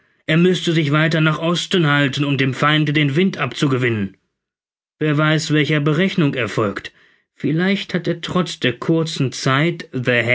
er müßte sich weiter nach ost halten um dem feinde den wind abzugewinnen wer weiß welcher berechnung er folgt vielleicht hat er trotz der kurzen zeit